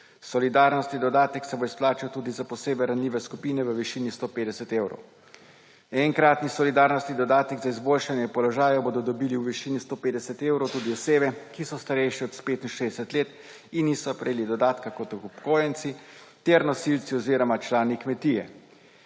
Solidarnostni dodatek se bo izplačal tudi za posebej ranljive skupine v višini 150 evrov. Enkratni solidarnostni dodatek za izboljšanje položaja bodo dobile v višini 150 evrov tudi osebe, ki so starejše od 65 let in niso prejele dodatka kot upokojenci, ter nosilci oziroma člani kmetije.